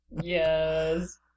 Yes